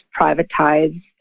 privatized